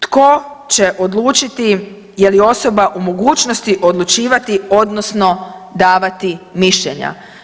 Tko će odlučiti je li osoba u mogućnosti odlučivati odnosno davati mišljenja?